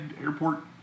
airport